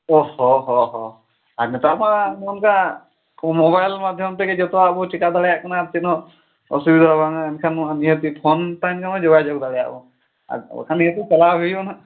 ᱚ ᱦᱚᱸ ᱦᱚᱸ ᱦᱚᱸ ᱟᱨ ᱱᱮᱛᱟᱨᱢᱟ ᱱᱚᱜᱼᱚ ᱱᱚᱠᱟ ᱢᱚᱵᱟᱭᱤᱞ ᱢᱟᱫᱽᱫᱷᱚᱢ ᱛᱮᱜᱮ ᱡᱚᱛᱚᱣᱟᱜ ᱵᱚ ᱪᱮᱠᱟ ᱫᱟᱲᱮᱭᱟᱜ ᱠᱟᱱᱟ ᱪᱮᱫ ᱦᱚᱸ ᱚᱥᱩᱵᱤᱫᱟ ᱵᱟᱝᱼᱟ ᱮᱱᱠᱷᱟᱱ ᱢᱟ ᱱᱤᱦᱟᱹᱛᱤ ᱯᱷᱚᱱ ᱛᱟᱦᱮᱱ ᱠᱷᱟᱱ ᱡᱳᱜᱟᱡᱳᱜᱽ ᱫᱟᱲᱮᱭᱟᱵᱚ ᱟᱨ ᱵᱟᱠᱷᱟᱱ ᱱᱤᱦᱟᱹᱛᱤ ᱪᱟᱞᱟᱣ ᱦᱩᱭᱩᱜᱼᱟ ᱱᱟᱦᱟᱜ